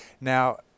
Now